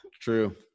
True